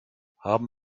haben